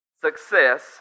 Success